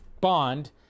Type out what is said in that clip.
Bond